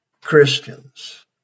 Christians